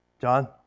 John